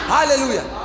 Hallelujah